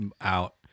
Out